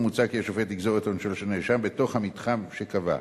מוצע כי השופט יגזור את עונשו של הנאשם בתוך המתחם שקבע.